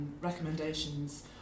recommendations